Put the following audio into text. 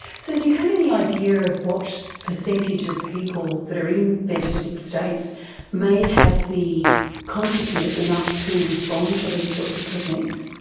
so do you have any idea of what percentage of people that are in vegetative states may have the consciousness enough to respond to these sorts of techniques?